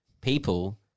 people